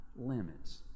limits